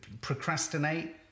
procrastinate